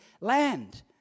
land